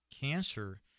cancer